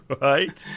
right